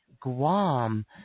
Guam